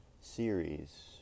series